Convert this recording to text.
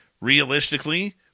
realistically